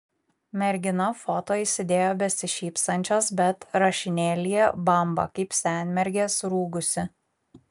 mergina foto įsidėjo besišypsančios bet rašinėlyje bamba kaip senmergė surūgusi